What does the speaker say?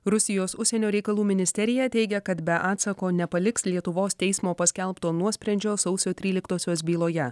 rusijos užsienio reikalų ministerija teigia kad be atsako nepaliks lietuvos teismo paskelbto nuosprendžio sausio tryliktosios byloje